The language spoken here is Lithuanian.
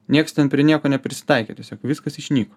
nieks ten prie nieko neprisitaikė tiesiog viskas išnyko